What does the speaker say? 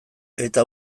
eta